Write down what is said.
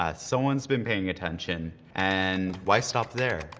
ah someone's been paying attention and why stop there?